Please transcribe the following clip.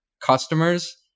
customers